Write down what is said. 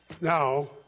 Now